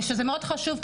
שזה מאוד חשוב,